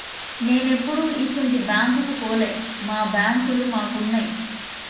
నేనెప్పుడూ ఇసుంటి బాంకుకు పోలే, మా బాంకులు మాకున్నయ్